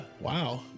Wow